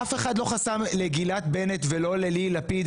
אף אחד לא חסם לגילת בנט ולא לליהי לפיד